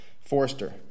Forrester